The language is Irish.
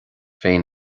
féin